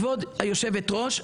כבוד היושבת ראש,